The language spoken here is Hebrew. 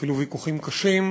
אפילו ויכוחים קשים.